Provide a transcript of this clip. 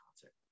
concert